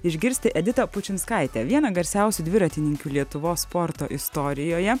išgirsti editą pučinskaitę vieną garsiausių dviratininkių lietuvos sporto istorijoje